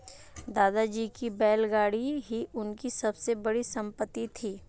दादाजी की बैलगाड़ी ही उनकी सबसे बड़ी संपत्ति थी